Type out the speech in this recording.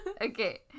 Okay